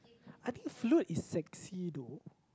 I think flute is sexy though